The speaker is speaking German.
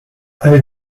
all